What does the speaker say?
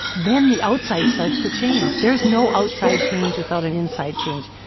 then the outside starts to change. there's no outside change without an inside change.